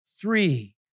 Three